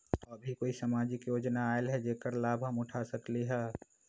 अभी कोई सामाजिक योजना आयल है जेकर लाभ हम उठा सकली ह?